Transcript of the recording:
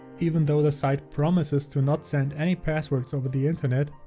even though the site promises to not send any passwords over the internet,